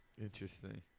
Interesting